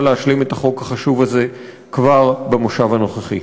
להשלים את החוק החשוב הזה כבר במושב הנוכחי.